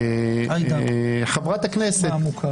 גם חיילים וגם פעילים, החיילים עומדים לצדם.